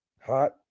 hot